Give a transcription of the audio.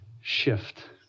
shift